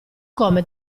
come